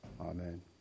Amen